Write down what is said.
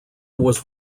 was